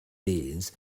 beans